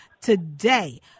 today